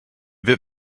bit